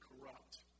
corrupt